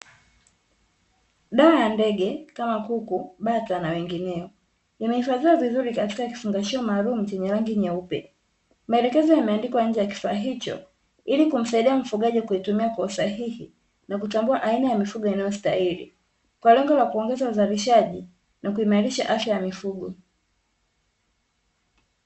Dawa ya ndege kama kuku, bata na wengine, imehifadhiwa vizuri katika kifungashio maalum chenye rangi nyeupe. Maelekezo yameandikwa nje ya kifaa hicho, ili kumsaidia mfugaji kuitumia kwa usahihi na kutambaua aina ya mifugo inayostahili, kwa lengo la kuongeza uzalishaji na kuimarisha afya ya mifugo.